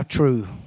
true